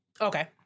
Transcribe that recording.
Okay